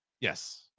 Yes